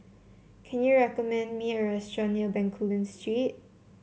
can you recommend me a restaurant near Bencoolen Street